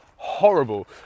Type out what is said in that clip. horrible